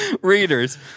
Readers